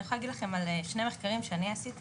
אני יכולה להגיד לכם על שני מחקרים שאני עשיתי